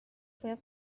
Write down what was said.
باید